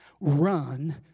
Run